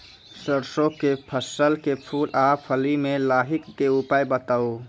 सरसों के फसल के फूल आ फली मे लाहीक के उपाय बताऊ?